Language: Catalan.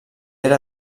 era